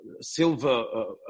Silva